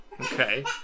Okay